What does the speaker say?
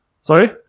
Sorry